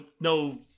no